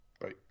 Right